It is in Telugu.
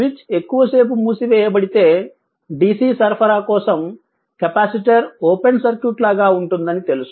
స్విచ్ ఎక్కువ సేపు మూసివేయబడితే DC సరఫరా కోసం కెపాసిటర్ ఓపెన్ సర్క్యూట్ లాగా ఉంటుందని తెలుసు